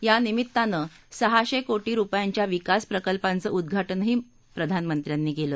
यानिमित्तानं सहाशे को ी रुपयांच्या विकास प्रकल्पाचं उद्वा ज्ञही प्रधानमंत्र्यांनी केलं